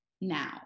now